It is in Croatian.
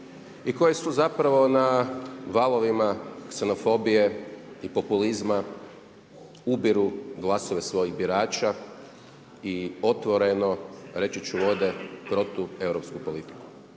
i koje su zapravo na valovima ksenofobije i populizma, ubiru glasove svojih birača i otvoreno, reći ću, vode protueuropsku politiku.